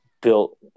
built